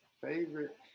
Favorite